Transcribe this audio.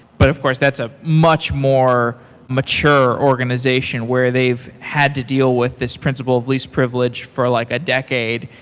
but of course that's a much more mature organization where they've had to deal with this principle of least privileged for like a decade,